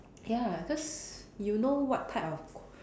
ya cause you know what type of